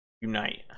Unite